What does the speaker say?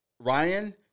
Ryan